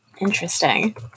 Interesting